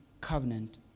covenant